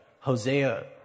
Hosea